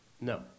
no